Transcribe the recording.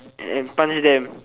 and and punch them